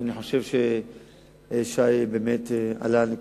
ואני חושב שחבר הכנסת שי חרמש באמת עלה על נקודה,